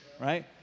right